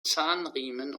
zahnriemen